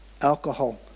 alcohol